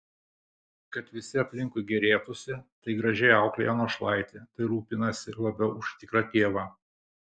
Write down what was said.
kad visi aplinkui gėrėtųsi tai gražiai auklėja našlaitį tai rūpinasi labiau už tikrą tėvą